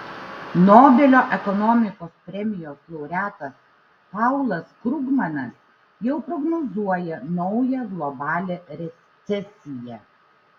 nobelio ekonomikos premijos laureatas paulas krugmanas jau prognozuoja naują globalią recesiją